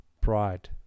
pride